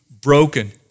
broken